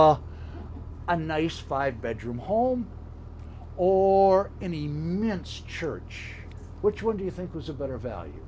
a nice five bedroom home or any mints church which one do you think was a better value